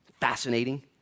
fascinating